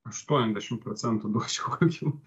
aštuoniasdešim procentų duočiau kokių